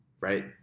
right